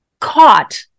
caught